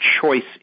choice